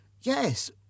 yes